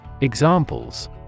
Examples